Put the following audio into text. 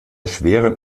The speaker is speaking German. schweren